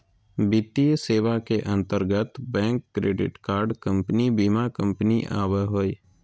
वित्तीय सेवा के अंतर्गत बैंक, क्रेडिट कार्ड कम्पनी, बीमा कम्पनी आवो हय